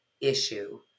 issue